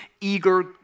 eager